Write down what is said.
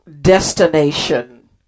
destination